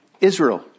Israel